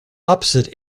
opposite